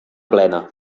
plena